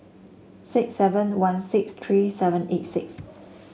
six seven one six three seven eight six